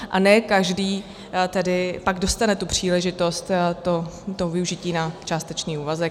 A ne každý tedy pak dostane tu příležitost toho využití na částečný úvazek.